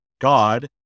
God